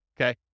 okay